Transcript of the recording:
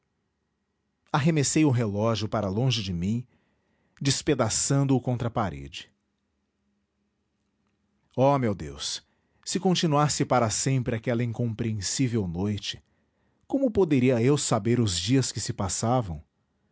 arremessei o relógio para longe de mim despedaçando o contra a parede ó meu deus se continuasse para sempre aquela incompreensível noite como poderia eu saber os dias que se passavam